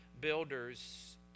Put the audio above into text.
builders